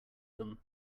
them